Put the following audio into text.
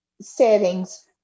settings